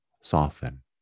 soften